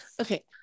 okay